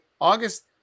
August